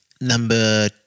Number